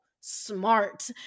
smart